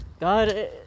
god